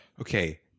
okay